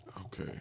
Okay